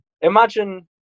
Imagine